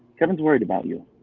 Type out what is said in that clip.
kevin's worried about you.